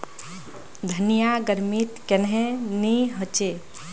धनिया गर्मित कन्हे ने होचे?